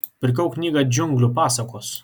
pirkau knygą džiunglių pasakos